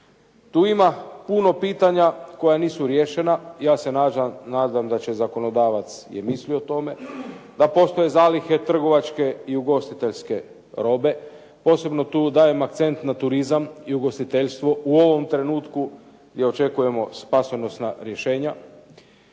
Tu ima puno pitanja koja nisu riješena. Ja se nadam da zakonodavac je mislio o tome, da postoje zalihe trgovačke i ugostiteljske robe, posebno tu dajem akcent na turizam i ugostiteljstvo u ovom trenutku gdje očekujemo spasonosna rješenja,